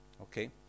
Okay